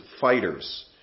fighters